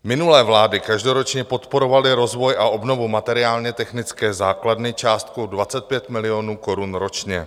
Minulé vlády každoročně podporovaly rozvoj a obnovu materiálnětechnické základny částkou 25 milionů korun ročně.